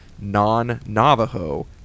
non-navajo